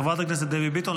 חברת הכנסת דבי ביטון,